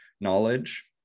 knowledge